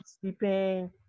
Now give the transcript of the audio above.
sleeping